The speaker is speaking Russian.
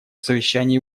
совещании